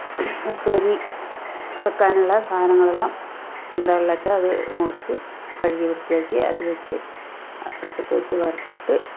ഉപ്പേരി വയ്ക്കാനുള്ള സാധനങ്ങളെല്ലാം എന്താ ഉള്ളതെന്നു വച്ചാൽ അതു മുറിച്ച് കഴുകി വൃത്തിയാക്കി അതു വച്ച് അടുപ്പത്തു വച്ച് വറുത്തിട്ട്